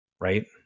right